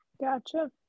Gotcha